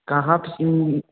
कहाँ प